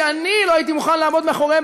שאני לא הייתי מוכן לעמוד מאחוריהן.